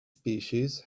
species